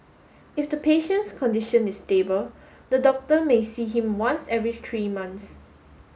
if the patient's condition is stable the doctor may see him once every tree months